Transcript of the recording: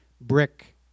brick